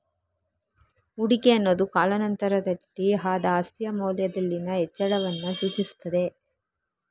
ಹೂಡಿಕೆ ಅನ್ನುದು ಕಾಲಾ ನಂತರದಲ್ಲಿ ಆದ ಆಸ್ತಿಯ ಮೌಲ್ಯದಲ್ಲಿನ ಹೆಚ್ಚಳವನ್ನ ಸೂಚಿಸ್ತದೆ